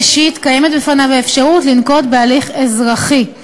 ראשית, קיימת בפניו האפשרות לנקוט הליך אזרחי,